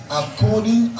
according